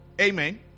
Amen